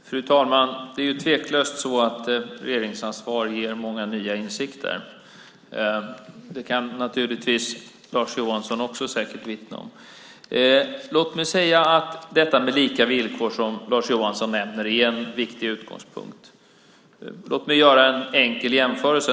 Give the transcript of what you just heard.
Fru talman! Det är tveklöst så att regeringsansvar ger många nya insikter. Det kan Lars Johansson säkert också vittna om. Jag vill säga att lika villkor, som Lars Johansson nämner, är en viktig utgångspunkt. Låt mig göra en enkel jämförelse.